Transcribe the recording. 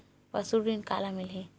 पशु ऋण काला मिलही?